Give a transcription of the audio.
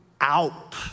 out